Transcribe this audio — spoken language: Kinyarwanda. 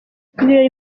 ibirori